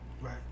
Right